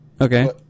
Okay